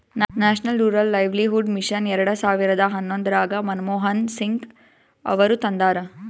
national rural livelihood mission ಎರೆಡ ಸಾವಿರದ ಹನ್ನೊಂದರಾಗ ಮನಮೋಹನ್ ಸಿಂಗ್ ಅವರು ತಂದಾರ